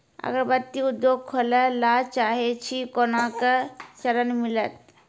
अगरबत्ती उद्योग खोले ला चाहे छी कोना के ऋण मिलत?